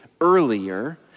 earlier